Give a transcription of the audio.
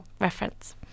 reference